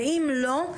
ואם לא,